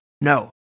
no